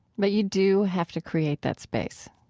but you do have to create that space.